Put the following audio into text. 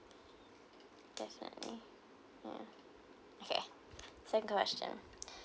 that's only ya okay same question